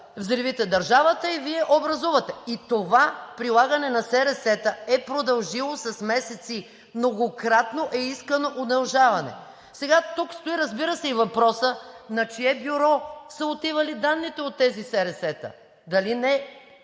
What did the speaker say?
взривите държавата и Вие образувате. И това прилагане на СРС-та е продължило с месеци, многократно е искано удължаване. Сега тук стои, разбира се, и въпросът на чие бюро са отивали данните от тези СРС-та? Дали не